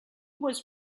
was